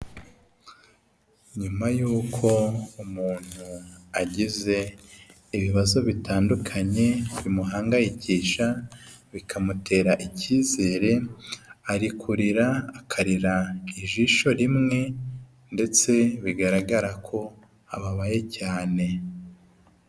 Nyuma y'uko umuntu agize ibibazo bitandukanye bimuhangayikisha bikamutera icyizere, ari kurira akarira ijisho rimwe ndetse bigaragara ko ababaye cyane.